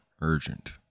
Urgent